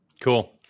Cool